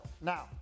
now